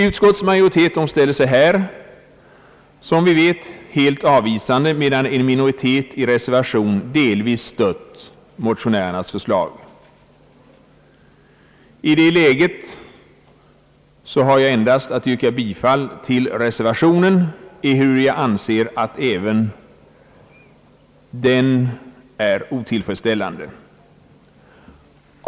Utskottsmajoriteten ställer sig här, som vi vet, helt avvisande till varje ökning utöver propositionens förslag, medan en minoritet i reservation delvis stöder motionärernas hemställan. I det läget har jag endast att yrka bifall till reservationen, ehuru jag anser att även den är otillfredsställande.